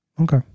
Okay